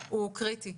הוא קריטי.